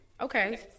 okay